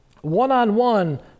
One-on-one